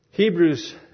Hebrews